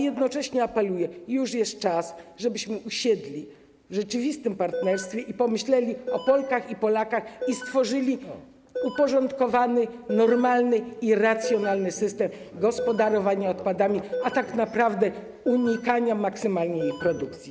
Jednocześnie apeluję: już czas, żebyśmy usiedli w rzeczywistym partnerstwie, pomyśleli o Polkach i Polakach i stworzyli uporządkowany, normalny i racjonalny system gospodarowania odpadami, a tak naprawdę unikania maksymalnej ich produkcji.